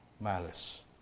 malice